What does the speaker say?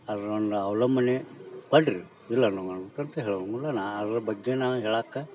ಅದರಿಂದ ಅವ್ಲಂಬನೆ ಪಡಿರಿ ಇಲ್ಲನ್ನೋಂಗಿಲ್ಲ ನಾನು ಅದರ ಬಗ್ಗೆ ನಾನು ಹೇಳೋಕೆ